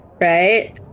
Right